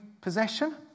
possession